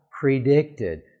predicted